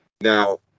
Now